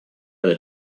that